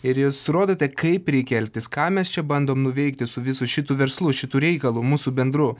ir jūs rodote kaip reikia elgtis ką mes čia bandom nuveikti su visu šitu verslu šitu reikalu mūsų bendru